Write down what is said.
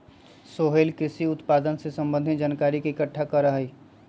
सोहेल कृषि उत्पादन से संबंधित जानकारी के इकट्ठा करा हई